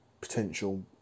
potential